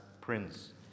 prince